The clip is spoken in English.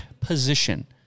position